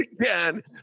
again